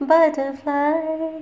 Butterfly